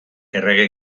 errege